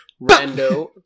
Rando